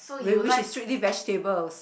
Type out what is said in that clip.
whi~ which is strictly vegetables